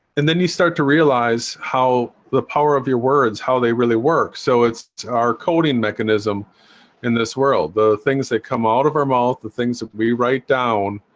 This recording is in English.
and then you start to realize how the power of your words how they really work so it's our coding mechanism in this world the things that come out of our mouths the things that we write down